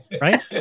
Right